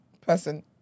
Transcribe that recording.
Person